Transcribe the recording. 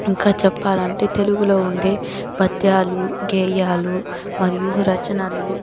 ఇంకా చెప్పాలంటే తెలుగులో ఉండే పద్యాలు గేయాలు మరియు రచనలు